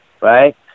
right